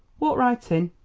walk right in.